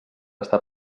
està